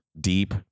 deep